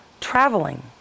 traveling